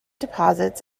deposits